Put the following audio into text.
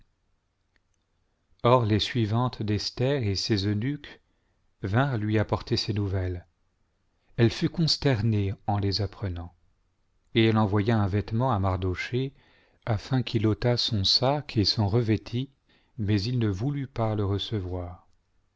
or lès suivantes d'esther et ses eunuques vinrent lui apporter ces nouvelles elle fut consternée en les apprenant et elle envoya un vêtement à maroc afin qu'il ôtât son sac et s'en revêtît mais il ne voulut pas le recevoir